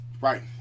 Right